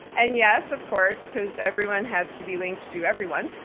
and yes, of course, because everyone has to be linked to everyone,